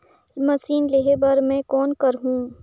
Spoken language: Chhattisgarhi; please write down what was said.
मशीन लेहे बर मै कौन करहूं?